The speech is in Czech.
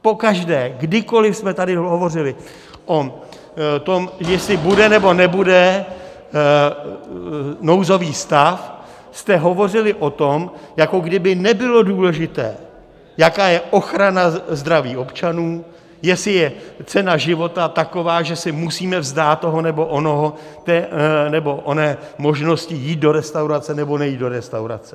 Pokaždé, kdykoliv jsme tady hovořili o tom, jestli bude, nebo nebude nouzový stav, jste hovořili o tom, jako by nebylo důležité, jaká je ochrana zdraví občanů, jestli je cena života taková, že se musíme vzdát toho nebo onoho, té nebo oné možnosti jít do restaurace, nebo nejít do restaurace.